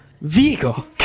Vigo